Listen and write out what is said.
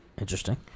Interesting